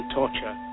torture